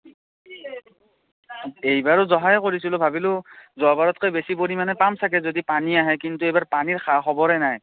এইবাৰো জহাই কৰিছিলোঁ ভাবিলোঁ যোৱাবাৰতকৈ বেছি পৰিমাণে পাম চাগৈ যদি পানী আহে কিন্তু এইবাৰ পানীৰ খা খবৰেই নাই